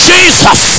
Jesus